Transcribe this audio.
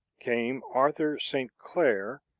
came arthur st. clair,